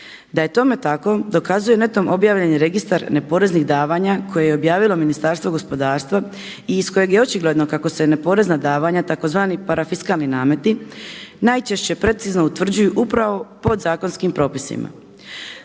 Da je tome tako dokazuje netom objavljeni registar neporeznih davanja koje je objavilo Ministarstvo gospodarstva i iz kojeg je očigledno kako se na porezna davanja, tzv. parafiskalni nameti najčešće precizno utvrđuju upravo podzakonskim propisima.